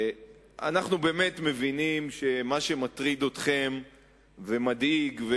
אנחנו באמת מבינים שמה שמטריד ומדאיג אתכם,